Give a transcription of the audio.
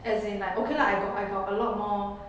as in like okay lah I got I got a lot more